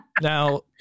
now